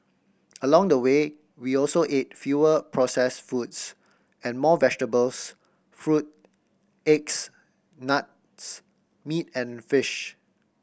along the way we also ate fewer processed foods and more vegetables fruit eggs nuts meat and fish